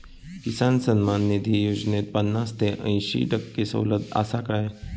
किसान सन्मान निधी योजनेत पन्नास ते अंयशी टक्के सवलत आसा काय?